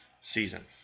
season